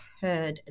heard